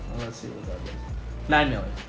let's see. what's up nine million.